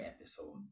episode